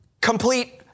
Complete